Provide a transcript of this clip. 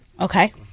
Okay